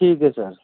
ٹھیک ہے سر